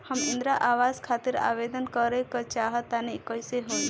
हम इंद्रा आवास खातिर आवेदन करे क चाहऽ तनि कइसे होई?